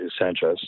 Sanchez